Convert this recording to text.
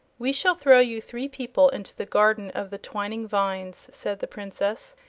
we shall throw you three people into the garden of the twining vines, said the princess,